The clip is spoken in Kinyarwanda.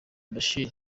bashir